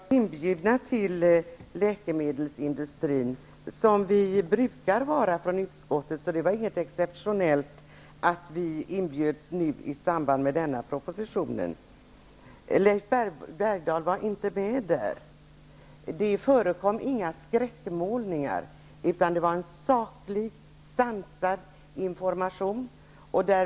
Fru talman! Vi i utskottet var inbjudna till läkemedelsindustrin, som vi brukar vara. Så det var ingenting exceptionellt att vi inbjöds i samband med behandlingen av denna proposition. Leif Bergdahl var inte med där. Det förekom inga skräckmålningar, utan det var en saklig och sansad information.